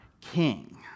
King